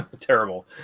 Terrible